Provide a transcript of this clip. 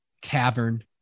cavern